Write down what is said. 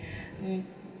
mm